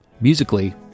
musically